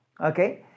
Okay